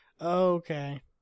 Okay